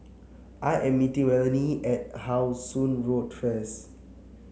I am meeting Melonie at How Song Road first